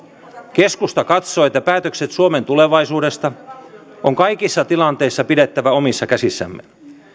keskusta katsoo että päätökset suomen tulevaisuudesta on kaikissa tilanteissa pidettävä omissa käsissämme